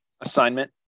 Assignment